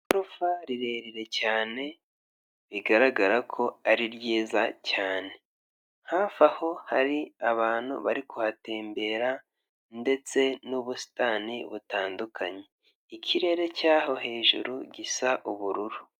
Igorofa rirerire cyane bigaragara ko ari ryiza cyane hafi aho hari abantu bari kuhatembera ndetse n'ubusitani butandukanye ikirere cy'aho hejuru gisa ubururu.